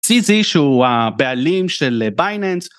סי-סי שהוא הבעלים של בייננס